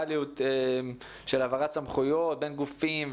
הריאליות של העברת סמכויות בין גופים.